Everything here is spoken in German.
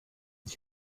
ich